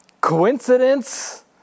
Coincidence